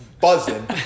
buzzing